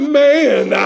man